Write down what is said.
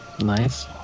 Nice